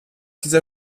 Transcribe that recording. dieser